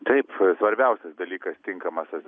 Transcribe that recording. taip svarbiausias dalykas tinkamas